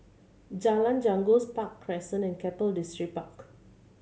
Jalan Janggus Park Crescent and Keppel Distripark